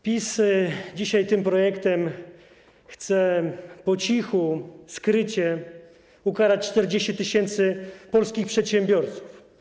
PiS chce dzisiaj tym projektem po cichu, skrycie ukarać 40 tys. polskich przedsiębiorców.